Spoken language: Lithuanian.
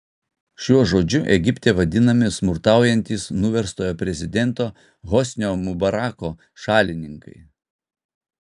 šiuo žodžiu egipte vadinami smurtaujantys nuverstojo prezidento hosnio mubarako šalininkai